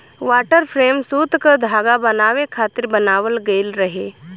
water frame सूत क धागा बनावे खातिर बनावल गइल रहे